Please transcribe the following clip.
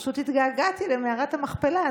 פשוט התגעגעתי למערת המכפלה,